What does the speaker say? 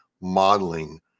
modeling